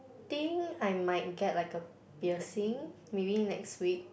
think I might get like a piercing maybe next week